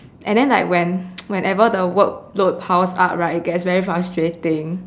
and then like when whenever the workload piles up right it gets very frustrating